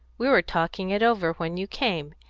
we were talking it over when you came,